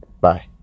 Bye